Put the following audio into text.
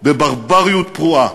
בברבריות פרועה